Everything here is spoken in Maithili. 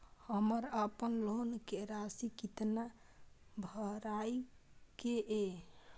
हमर अपन लोन के राशि कितना भराई के ये?